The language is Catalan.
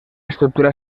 estructura